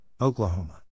Oklahoma